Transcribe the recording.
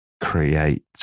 create